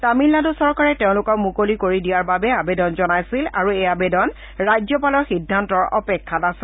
তামিলনাডু চৰকাৰে তেওঁলোকক মুকলি কৰি দিয়াৰ বাবে আৱেদন জনাইছিল আৰু এই আৱেদন ৰাজ্যপালৰ সিদ্ধান্তৰ অপেক্ষাত আছে